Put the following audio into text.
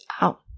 out